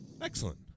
Excellent